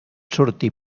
sortir